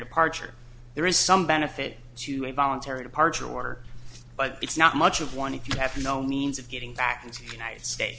departure there is some benefit to a voluntary departure order but it's not much of one if you have no means of getting back into the united states